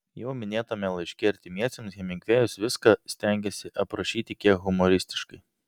jau minėtame laiške artimiesiems hemingvėjus viską stengėsi aprašyti kiek humoristiškai